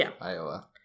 Iowa